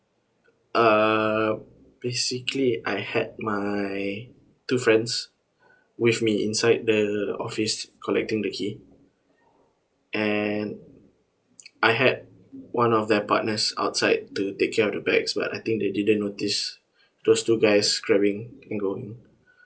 uh basically I had my two friends with me inside the office collecting the key and I had one of their partners outside to take care of the bags but I think they didn't notice those two guys grabbing and going